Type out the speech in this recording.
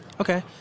Okay